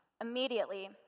Immediately